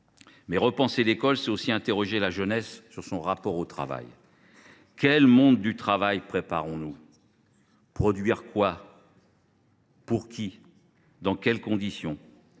Repenser l’école, c’est aussi interroger la jeunesse sur son rapport au travail. Quel monde du travail préparons nous ? Produire quoi ? Pour qui ? Dans quelles conditions ?